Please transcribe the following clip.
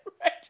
Right